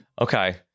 Okay